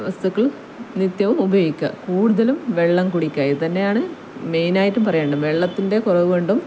വസ്തുക്കൾ നിത്യവും ഉപയോഗിക്കുക കൂടുതലും വെള്ളം കുടിക്കുക ഇതു തന്നെയാണ് മെയിനായിട്ടും പറയേണ്ടത് വെള്ളത്തിൻ്റെ കുറവു കൊണ്ടും